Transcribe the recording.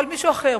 או על מישהו אחר,